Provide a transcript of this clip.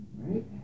right